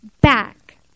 back